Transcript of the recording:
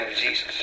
Jesus